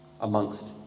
amongst